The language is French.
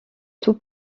tout